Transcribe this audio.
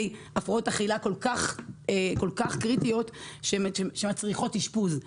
הפרעות אכילה כל כך קריטיות שמצריכות אשפוז.